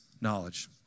knowledge